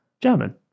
German